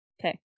Okay